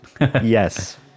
Yes